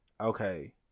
okay